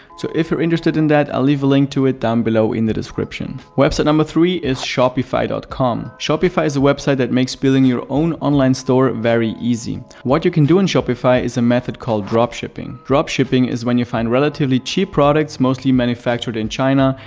so if you're interested in that, i'll leave a link to it down below in the description. website number three is shopify dot com shopify is a website that makes building your own online store very easy. what you can do in shopify is a method called drop shipping. drop shipping is when you find relatively cheap products, mostly manufactured in china,